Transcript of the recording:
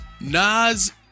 Nas